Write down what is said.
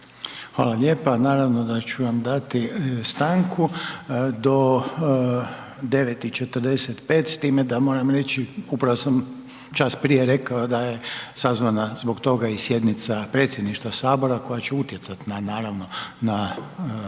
Hvala lijepa. Naravno da ću vam dati stanku do 9 i 45 s time da moram reći, upravo sam čas prije rekao da je sazvana zbog toga i sjednica Predsjedništva sabora koja će utjecati na naravno, na rad